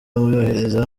yohereza